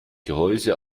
gehäuse